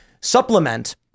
supplement